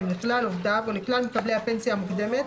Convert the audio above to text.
לכלל עובדיו או לכלל מקבלי הפנסיה המוקדמת,